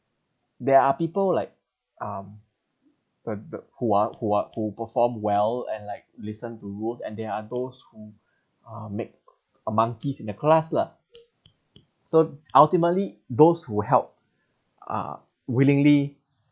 there are people like um but but who are who are who perform well and like listen to rules and there are those who uh make monkeys in the class lah so ultimately those who help uh willingly